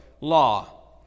law